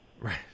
Right